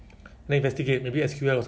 uh raise the ticket then